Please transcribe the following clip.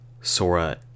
Sora